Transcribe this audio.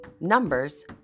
Numbers